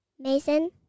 Mason